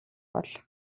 бол